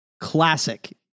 classic